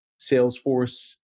Salesforce